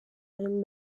egin